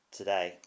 today